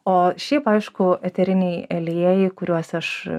o šiaip aišku eteriniai aliejai kuriuos aš